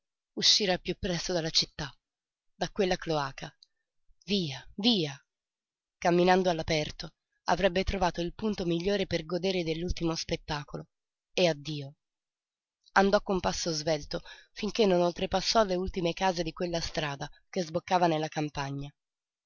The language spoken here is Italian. uscire al piú presto dalla città da quella cloaca via via camminando all'aperto avrebbe trovato il punto migliore per godere dell'ultimo spettacolo e addio andò con passo svelto finché non oltrepassò le ultime case di quella strada che sboccava nella campagna